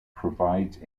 provides